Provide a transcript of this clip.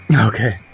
Okay